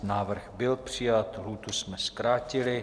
Návrh byl přijat, lhůtu jsme zkrátili.